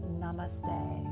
namaste